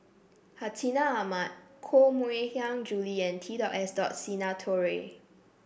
Hartinah Ahmad Koh Mui Hiang Julie and T dot S dot Sinnathuray